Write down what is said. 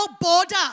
border